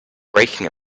breaking